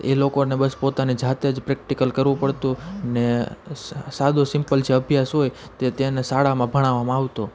એ લોકોને બસ પોતાને જાતે જ પ્રેક્ટિકલ કરવું પડતું ને સાદું સિમ્પલ જે અભ્યાસ હોય તે તેને શાળામાં ભણાવવામાં આવતું